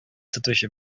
тотучы